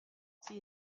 sie